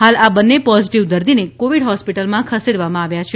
હાલ આ બંને પોઝીટીવ દર્દીને કોવિડ હોસ્પિટલમાં ખસેડવામાં આવ્યા છે